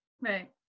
Right